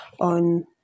on